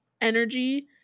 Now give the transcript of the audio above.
energy